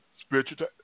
spiritual